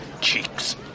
cheeks